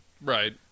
Right